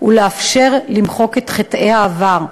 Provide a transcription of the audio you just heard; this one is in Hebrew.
ולאפשר למחוק את חטאי העבר.